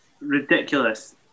ridiculous